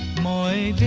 my